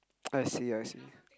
I see I see